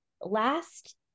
last